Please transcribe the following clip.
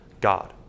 God